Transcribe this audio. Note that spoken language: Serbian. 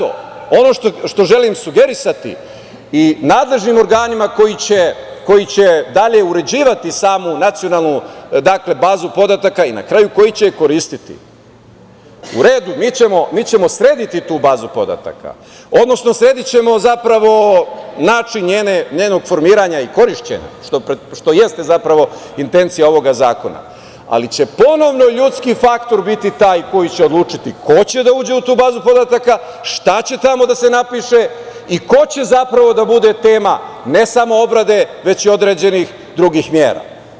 Ono što želim sugerisati i nadležnim organima koji će dalje uređivati samu nacionalnu bazu podataka i na kraju koji će koristiti, u redu, mi ćemo srediti tu bazu podataka, odnosno sredićemo način njenog formiranja i korišćenja, što jeste intencija ovoga zakona, ali će ponovno ljudski faktor biti taj koji će odlučiti ko će da uđe u tu bazu podataka, šta će tamo da se napiše i ko će zapravo da bude tema ne samo obrade već i određenih drugih mera.